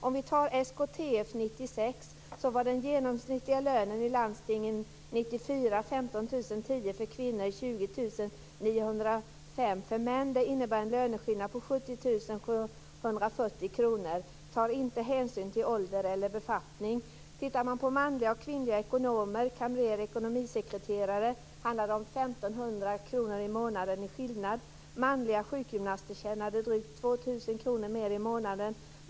Vad gäller SKTF:s statistik kan jag säga att den genomsnittliga lönen i landstingen 1994 var 15 010 för kvinnor och 20 905 för män. Det innebär en löneskillnad på 70 740 kr. Man tar inte hänsyn till ålder eller befattning. Tittar man på manliga och kvinnliga ekonomer, kamrerer och ekonomisekreterare ser man att det handlar om en skillnad på 1 500 kr i månaden. Manliga sjukgymnaster tjänade drygt 2 000 kr mer i månaden.